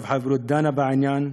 הרווחה והבריאות דנה בעניין,